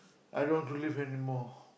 I don't believe anymore